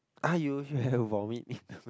ah you you have vomit in